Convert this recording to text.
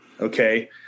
okay